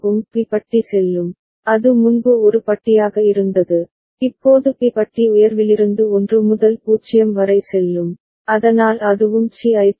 B பட்டி செல்லும் அது முன்பு ஒரு பட்டியாக இருந்தது இப்போது பி பட்டி உயர்விலிருந்து 1 முதல் 0 வரை செல்லும் அதனால் அதுவும் சி ஐத் தூண்டும்